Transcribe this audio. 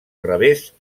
revés